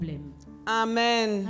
Amen